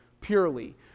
purely